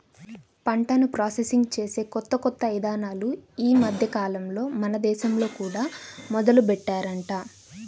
పంటను ప్రాసెసింగ్ చేసే కొత్త కొత్త ఇదానాలు ఈ మద్దెకాలంలో మన దేశంలో కూడా మొదలుబెట్టారంట